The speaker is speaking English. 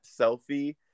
selfie